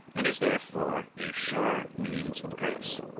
and is therefore a surer means of grace.